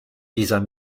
dieser